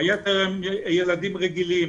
היתר הם ילדים רגילים